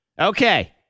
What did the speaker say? Okay